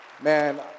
man